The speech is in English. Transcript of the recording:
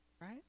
right